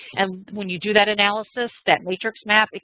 and when you do that analysis, that matrix map,